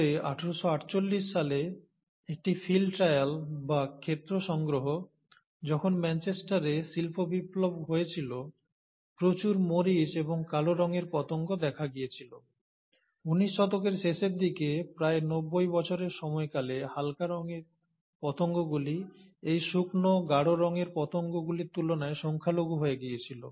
তবে 1848 সালে একটি ফিল্ড ট্রায়াল বা ক্ষেত্র সংগ্রহ যখন ম্যানচেস্টারে শিল্প বিপ্লব হয়েছিল প্রচুর মরিচ এবং কালো রঙের পতঙ্গ দেখা গিয়েছিল উনিশ শতকের শেষের দিকে প্রায় নব্বই বছরের সময়কালে হালকা রঙের পতঙ্গগুলি এই শুকনো গাড়ো রঙের পতঙ্গগুলির তুলনায় সংখ্যালঘু হয়ে গিয়েছিল